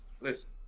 listen